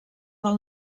del